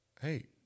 hey